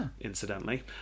incidentally